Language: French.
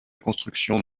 construction